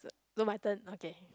no my turn okay